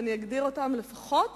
אני אגדיר אותם לפחות